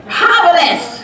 powerless